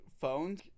phones